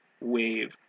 wave